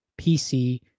PC